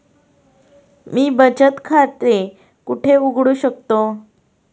मी बचत खाते कुठे उघडू शकतो?